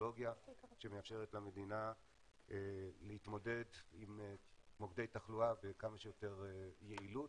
טכנולוגיה שמאפשרת למדינה להתמודד עם מוקדי תחלואה בכמה שיותר יעילות,